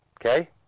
Okay